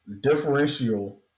differential